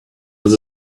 was